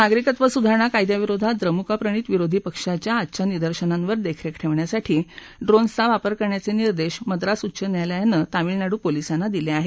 नागरिकत्व सुधारणा कायद्याविरोधात द्रमुक प्रणित विरोधी पक्षाच्या आजच्या निदर्शनांवर देखरेख ठेवण्यासाठी ड्रोन्सचा वापर करण्याचे निर्देश मद्रास उच्च न्यायालयाने तामिळनाडू पोलिसांना दिले आहेत